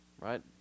right